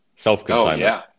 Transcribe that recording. Self-consignment